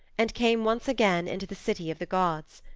and came once again into the city of the gods.